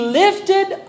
lifted